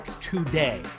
today